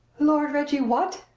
lord reggie what!